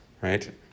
right